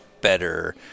better